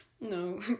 No